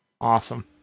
Awesome